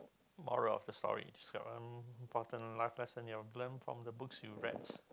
moral of the story person learn from the books you read